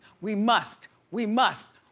we must, we must.